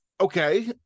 okay